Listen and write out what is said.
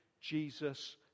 Jesus